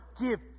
give